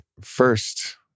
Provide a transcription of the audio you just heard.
first